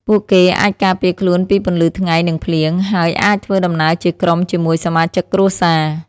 ពួកគេអាចការពារខ្លួនពីពន្លឺថ្ងៃនិងភ្លៀង ហើយអាចធ្វើដំណើរជាក្រុមជាមួយសមាជិកគ្រួសារ។